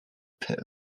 pit